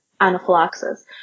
anaphylaxis